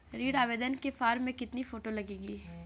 ऋण आवेदन के फॉर्म में कितनी फोटो लगेंगी?